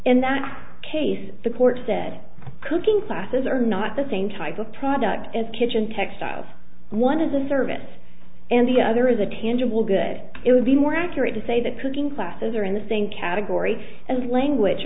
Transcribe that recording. in that case the court said cooking classes are not the same type of product as kitchen textiles one of the service and the other is a tangible good it would be more accurate to say that cooking classes are in the same category as language